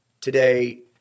today